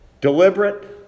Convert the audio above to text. Deliberate